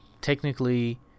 technically